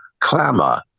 clamour